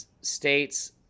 states